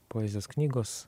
poezijos knygos